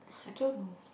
I don't know